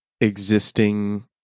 existing